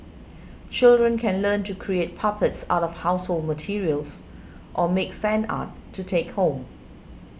children can learn to create puppets out of household materials or make sand art to take home